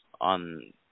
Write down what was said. on